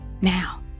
now